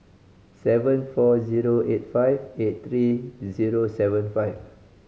seven four zero eight five eight three zero seven five